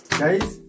guys